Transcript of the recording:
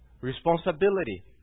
Responsibility